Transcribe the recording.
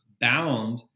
bound